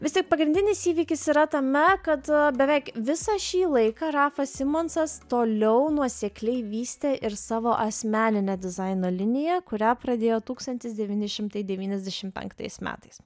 vis tik pagrindinis įvykis yra tame kad beveik visą šį laiką rafas simonsas toliau nuosekliai vystė ir savo asmeninę dizaino liniją kurią pradėjo tūkstantis devyni šimtai devyniasdešim penktais metais